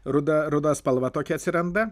ruda ruda spalva tokia atsiranda